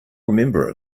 remember